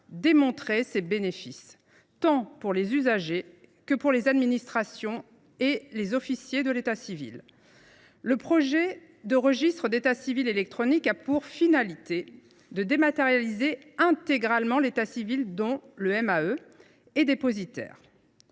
de ses bénéfices, tant pour les usagers que pour les administrations et les officiers de l’état civil. Le projet de registre d’état civil électronique (RECE) a pour but de dématérialiser intégralement l’état civil dont le MEAE est dépositaire.